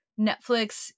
Netflix